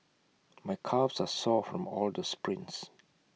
my calves are sore from all the sprints